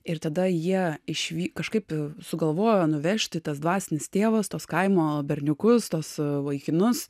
ir tada jie išvyk kažkaip sugalvojo nuvežti tas dvasinis tėvas tuos kaimo berniukus tuos vaikinus